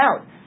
out